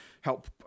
help